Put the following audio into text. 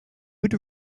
would